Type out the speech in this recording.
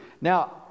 Now